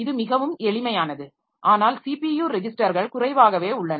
இது மிகவும் எளிமையானது ஆனால் ஸிபியு ரெஜிஸ்டர்கள் குறைவாகவே உள்ளன